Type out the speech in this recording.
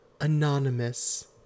anonymous